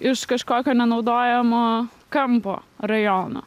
iš kažkokio nenaudojamo kampo rajono